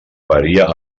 varia